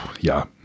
Ja